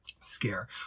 scare